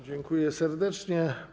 Dziękuję serdecznie.